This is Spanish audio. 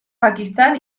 pakistán